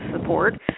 support